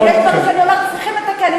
ויש דברים שאני אומרת שצריכים לתקן.